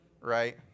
right